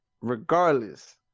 regardless